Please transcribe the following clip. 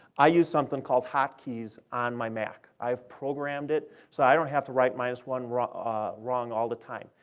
i use something called hotkeys on my mac. i have programmed it so that i don't have to write minus one, wrong ah wrong all the time.